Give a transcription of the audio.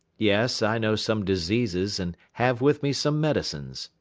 yes, i know some diseases and have with me some medicines,